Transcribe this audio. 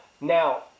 Now